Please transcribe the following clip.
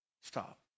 Stop